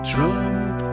Trump